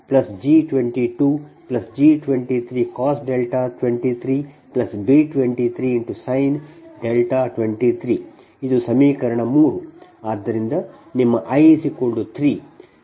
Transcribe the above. ಆದ್ದರಿಂದ P2G21cos 21 B21sin 21 G22G23cos 23 B23sin 23 ಇದು ಸಮೀಕರಣ 3